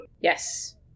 Yes